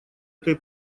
этой